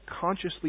consciously